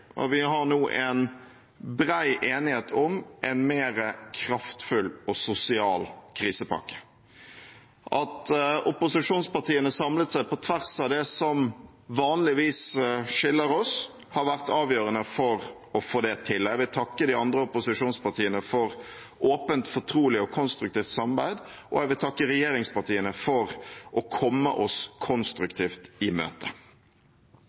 og vi har nå en bred enighet om en mer kraftfull og sosial krisepakke. At opposisjonspartiene samlet seg på tvers av det som vanligvis skiller oss, har vært avgjørende for å få det til. Jeg vil takke de andre opposisjonspartiene for åpent, fortrolig og konstruktivt samarbeid, og jeg vil takke regjeringspartiene for å komme oss konstruktivt i